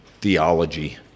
theology